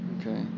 okay